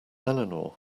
eleanor